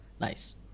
Nice